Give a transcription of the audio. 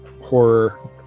horror